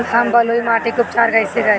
हम बलुइ माटी के उपचार कईसे करि?